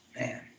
Man